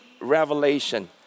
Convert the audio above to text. revelation